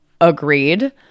Agreed